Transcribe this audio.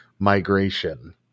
migration